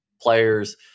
players